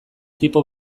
tipo